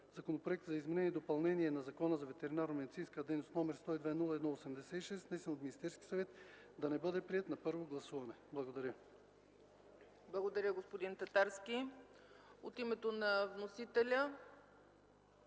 Законопроект за изменение и допълнение на Закона за ветеринарномедицинската дейност, № 102–01–86, внесен от Министерски съвет, да не бъде приет на първо гласуване.” Благодаря. ПРЕДСЕДАТЕЛ ЦЕЦКА ЦАЧЕВА: Благодаря, господин Татарски. От името на вносителя